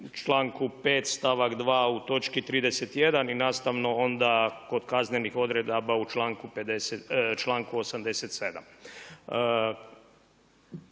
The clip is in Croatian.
članku 5. stavak 2. u u točki 31. i nastavno onda kod kaznenih odredaba u članku 87.